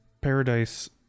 paradise